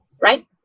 Right